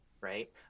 right